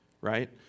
right